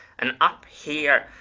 and up here,